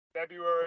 February